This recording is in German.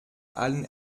allen